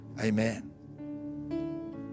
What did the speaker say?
Amen